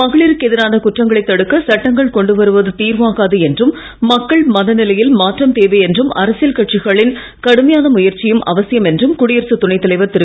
மகளிருக்கு எதிரான குற்றங்களை தடுக்க சட்டங்கள் கொண்டு வருவது தீர்வாகாது என்றும் மக்கள் மனநிலையில் மாற்றம் தேவை என்றும் அரசியல் கட்சிகளின் கடுமையான முயற்சியும் அவசியம் என்றும் குடியரசுத் துணை தலைவர் திரு